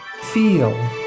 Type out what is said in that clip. feel